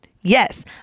Yes